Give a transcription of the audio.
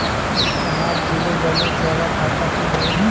हमार zero balance वाला खाता खुल जाई?